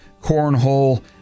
cornhole